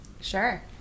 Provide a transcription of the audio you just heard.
Sure